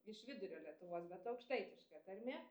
iš vidurio lietuvos bet aukštaitiška tarmė